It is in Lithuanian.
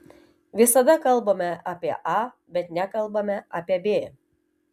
visada kalbame apie a bet nekalbame apie b